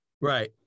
Right